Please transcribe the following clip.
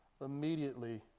Immediately